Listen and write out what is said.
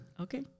Okay